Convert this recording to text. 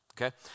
Okay